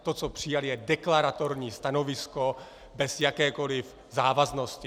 To, co přijali, je deklaratorní stanovisko bez jakékoliv závaznosti.